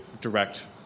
direct